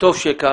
טוב שכך.